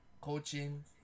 coaching